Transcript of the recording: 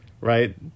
right